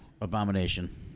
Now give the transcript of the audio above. Abomination